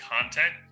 content